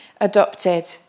adopted